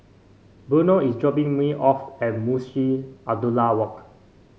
Bruno is dropping me off at Munshi Abdullah Walk